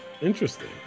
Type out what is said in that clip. Interesting